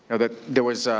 ah that there was